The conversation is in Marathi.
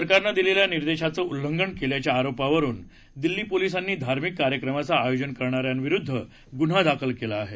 सरकारनं दिलेल्या निर्देशांचं उल्लंघन केल्याच्या आरोपावरून दिल्ली पोलिसांनी धार्मिक कार्यक्रमाचं आयोजन करणाऱ्यांविरुद्ध गुन्हा दाखल केला आहे